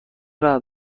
رعد